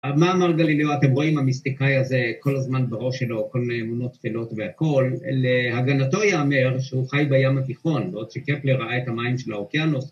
‫מה אמר גלילאו? אתם רואים ‫המיסטיקאי הזה כל הזמן בראש שלו, ‫כל מיני אמונות טפלות והכול, ‫להגנתו ייאמר שהוא חי בים התיכון, ‫בעוד שקפלר ראה את המים של האוקיינוס.